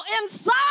inside